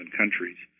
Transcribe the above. countries